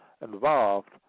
involved